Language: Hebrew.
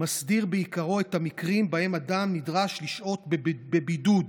מסדיר בעיקרו את המקרים שבהם אדם נדרש לשהות בבידוד.